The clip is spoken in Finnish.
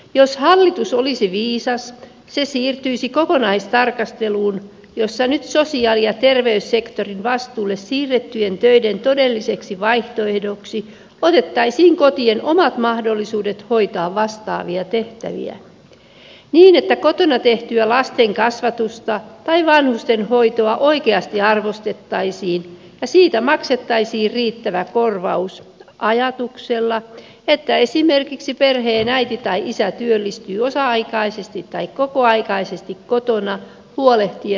jos hallitus olisi viisas se siirtyisi kokonaistarkasteluun jossa nyt sosiaali ja terveyssektorin vastuulle siirrettyjen töiden todelliseksi vaihtoehdoksi otettaisiin kotien omat mahdollisuudet hoitaa vastaavia tehtäviä niin että kotona tehtyä lasten kasvatusta tai vanhusten hoitoa oikeasti arvostettaisiin ja siitä maksettaisiin riittävä korvaus ajatuksella että esimerkiksi perheen äiti tai isä työllistyy osa aikaisesti tai kokoaikaisesti kotona huolehtien perheestä